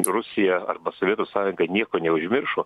rusija arba sovietų sąjunga nieko neužmiršo